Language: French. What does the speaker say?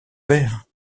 père